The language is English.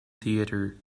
theater